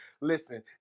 Listen